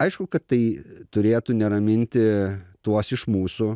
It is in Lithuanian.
aišku kad tai turėtų neraminti tuos iš mūsų